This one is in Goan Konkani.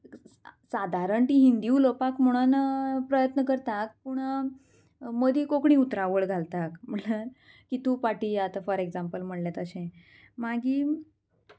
सादारण तीं हिंदी उलोवपाक म्हणोन प्रयत्न करतात पूण मदीं कोंकणी उतरावळ घालता म्हणल्यार कितू पाटी आतां फॉर एग्जांपल म्हणलें तशें मागीर